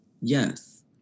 Yes